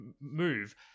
move